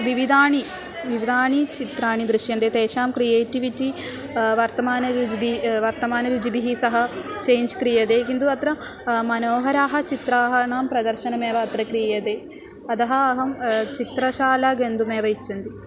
विविधानि विविधानि चित्राणि दृश्यन्ते तेषां क्रियेटिविटि वर्तमानं रुजुभिः वर्तमानरुजुभिः सह चेञ्ज् क्रियते किन्तु अत्र मनोहराः चित्राणां प्रदर्शनमेव अत्र क्रियते अतः अहं चित्रशाला गन्तुमेव इच्छन्ति